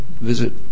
visit